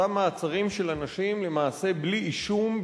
אותם מעצרים של אנשים למעשה בלי אישום,